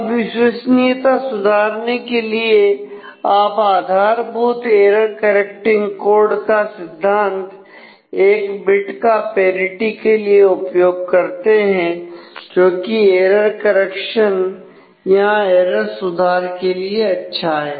अब विश्वसनीयता सुधारने के लिए आप आधारभूत एरर करेक्टिंग कोड यहां एरर सुधार के लिए अच्छा है